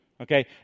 okay